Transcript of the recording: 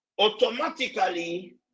automatically